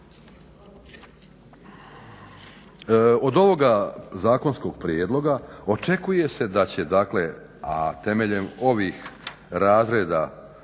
Od ovoga zakonskog prijedloga očekuje se da će dakle a temeljem ovih razreda,